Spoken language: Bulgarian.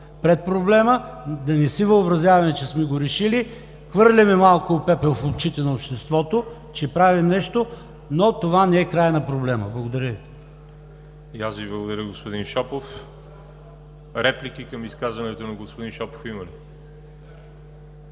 пред проблема, да не си въобразяваме, че сме го решили. Хвърляме малко пепел в очите на обществото, че правим нещо, но това не е краят на проблема. Благодаря Ви. ПРЕДСЕДАТЕЛ ВАЛЕРИ ЖАБЛЯНОВ: И аз Ви благодаря, господин Шопов. Реплики към изказването на господин Шопов има ли?